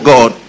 God